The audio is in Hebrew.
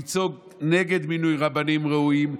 לצעוק נגד מינוי רבנים ראויים,